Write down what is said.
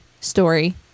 story